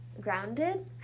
grounded